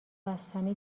بستنی